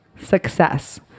success